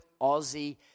Aussie